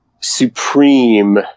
supreme